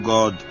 God